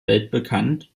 weltbekannt